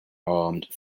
armed